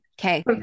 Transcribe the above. Okay